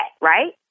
right